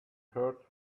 heard